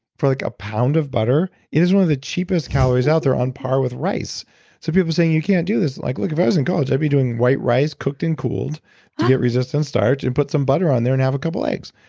for like a pound of butter, it is one of the cheapest calories out there on par with rice. so people saying you can't do this. like look, if i was in college i'd be doing white rice cooked and cooled to get resistant starch and put some butter on there and have a couple eggs.